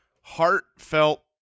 heartfelt